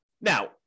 Now